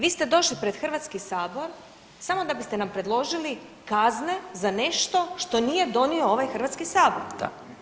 Vi ste došli pred Hrvatski sabor samo da biste nam predložili kazne za nešto što nije donio ovaj Hrvatski sabor.